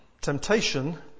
temptation